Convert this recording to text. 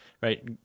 right